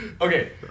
Okay